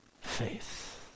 faith